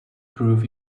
prove